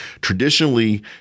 Traditionally